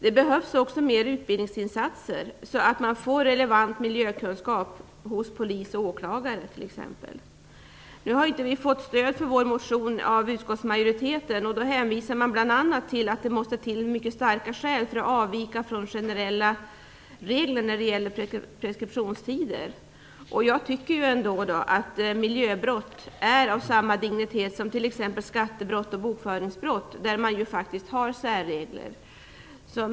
Det behövs också mer utbildningsinsatser så att t.ex. polis och åklagare får relevant miljökunskap. Vi har nu inte fått stöd för vår motion av utskottsmajoriteten. Man hänvisar bl.a. till att det måste till mycket starka skäl för att man skall kunna avvika från generella regler när det gäller preskriptionstider. Jag tycker ändock att miljöbrott är av samma dignitet som t.ex. skattebrott och bokföringsbrott, där man faktiskt har särregler.